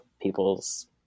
people's